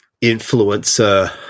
influencer